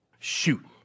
Shoot